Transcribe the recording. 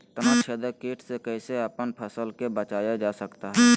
तनाछेदक किट से कैसे अपन फसल के बचाया जा सकता हैं?